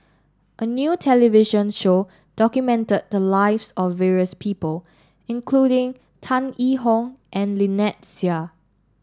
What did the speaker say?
a new television show documented the lives of various people including Tan Yee Hong and Lynnette Seah